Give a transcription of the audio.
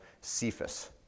Cephas